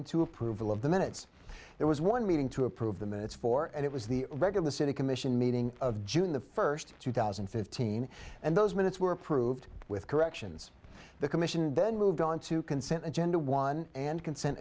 into approval of the minutes there was one meeting to approve the minutes for and it was the regular city commission meeting of june the first two thousand and fifteen and those minutes were approved with corrections the commission then moved on to consent agenda one and consent